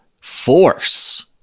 force